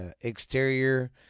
exterior